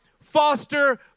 foster